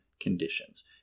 conditions